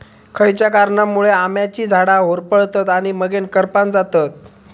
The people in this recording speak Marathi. खयच्या कारणांमुळे आम्याची झाडा होरपळतत आणि मगेन करपान जातत?